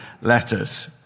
letters